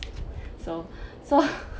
so so